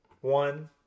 one